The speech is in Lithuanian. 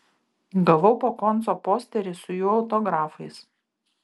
gavau po konco posterį su jų autografais